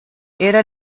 era